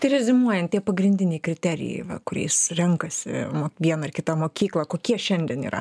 tai reziumuojant tie pagrindiniai kriterijai va kuriais renkasi vieną ar kitą mokyklą kokie šiandien yra